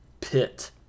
pit